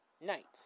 night